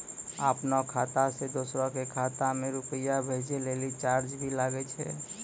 आपनों खाता सें दोसरो के खाता मे रुपैया भेजै लेल चार्ज भी लागै छै?